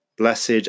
Blessed